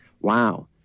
wow